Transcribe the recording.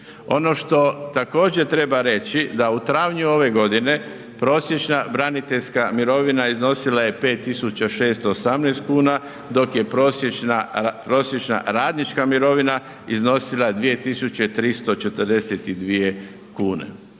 Ono što također treba reći da u travnju ove godine prosječna braniteljska mirovina iznosila je 5.618 kuna, dok je prosječna radnička mirovina iznosila 2.342 kune.